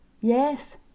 Yes